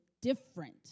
different